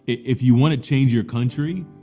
if you wanna change your country,